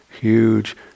huge